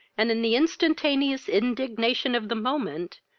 and, in the instantaneous indignation of the moment,